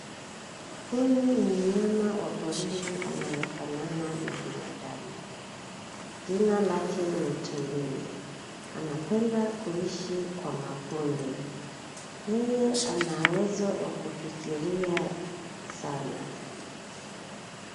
Huyu ni mnyama wa porini anayefanana na binadamu. Jina lake ni tumbili. Anapenda kuishi kwa makundi. Yeye ana uwezo wa kufikiria sana.